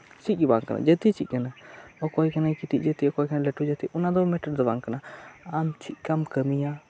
ᱪᱮᱫᱜᱮ ᱵᱟᱝ ᱠᱟᱱᱟ ᱡᱟᱹᱛᱤ ᱪᱮᱫ ᱠᱟᱱᱟ ᱚᱠᱚᱭ ᱠᱟᱱᱟᱭ ᱠᱟᱹᱴᱤᱡ ᱡᱟᱹᱛᱤ ᱚᱠᱚᱭ ᱠᱟᱱᱟᱭ ᱞᱟᱹᱴᱩ ᱡᱟᱹᱛᱤ ᱚᱱᱟᱫᱚ ᱢᱮᱴᱟᱨ ᱫᱚ ᱵᱟᱝ ᱠᱟᱱᱟ ᱟᱢ ᱪᱮᱫ ᱞᱮᱠᱟᱢ ᱠᱟᱹᱢᱤᱭᱟ